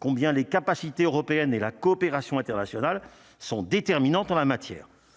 combien les capacités européennes et la coopération internationale sont déterminantes en la matière,